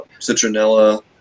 citronella